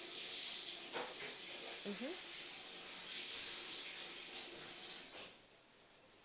mmhmm